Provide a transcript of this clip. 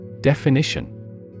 Definition